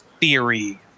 theory